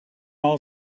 all